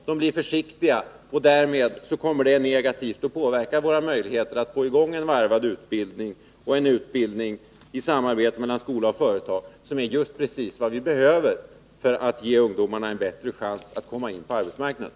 De blir försiktiga, och därmed påverkas negativt våra möjligheter att få i gång en varvad utbildning, en utbildning i samarbete mellan skola och företag, som är precis vad vi behöver för att ge ungdomarna en bättre chans att komma in på arbetsmarknaden.